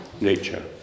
nature